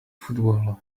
football